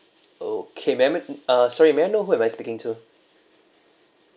okay may I uh sorry may I know who am I speaking to